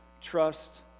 trust